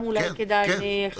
אולי כדאי שיבואו ממשרד הפנים.